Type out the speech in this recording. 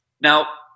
Now